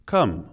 Come